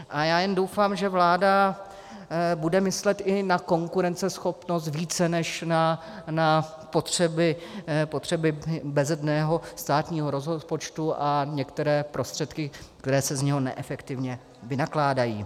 A já jen doufám, že vláda bude myslet i na konkurenceschopnost více než na potřeby bezedného státního rozpočtu a některé prostředky, které se z něho neefektivně vynakládají.